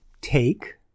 take